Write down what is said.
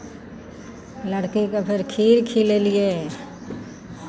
लड़कीकेँ फेर खीर खिलेलियै